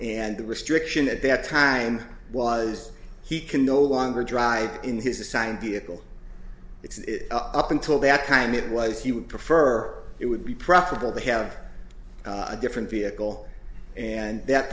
and the restriction at that time was he can no longer drive in his assigned vehicle it's up until that time it was he would prefer it would be preferable to have a different vehicle and that